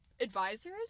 advisors